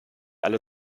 alle